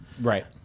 Right